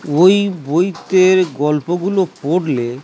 ওই বইতে গল্পগুলো পড়লে